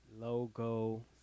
Logo